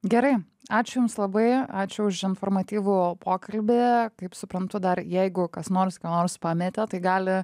gerai ačiū jums labai ačiū už informatyvų pokalbį kaip suprantu dar jeigu kas nors ką nors pametė tai gali